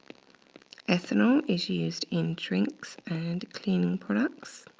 ethanol is used in drinks and cleaning products.